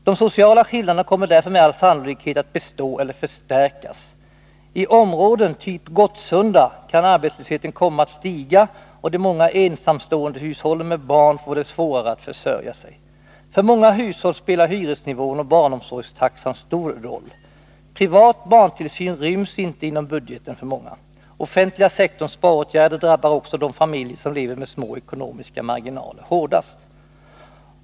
De sociala skillnaderna kommer därför med all sannolikhet att bestå eller förstärkas. I områden typ Gottsunda kan arbetslösheten komma att stiga och de många ensamståendehushållen med barn få det svårare att försörja sig. För många hushåll spelar hyresnivån och barnomsorgstaxan stor roll. Privat barntillsyn ryms inte inom budgeten för många. Offentliga sektorns sparåtgärder drabbar också de familjer som lever med små ekonomiska marginaler hårdast.